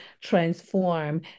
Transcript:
transform